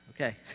Okay